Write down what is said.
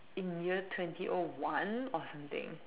in year twenty o one or something